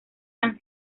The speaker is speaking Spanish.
han